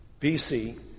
BC